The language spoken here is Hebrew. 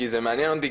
כי זה מעניין אותי.